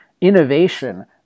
innovation